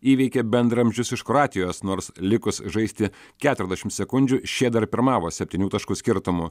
įveikė bendraamžius iš kroatijos nors likus žaisti keturiasdešim sekundžių šie dar pirmavo septynių taškų skirtumu